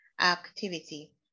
Activity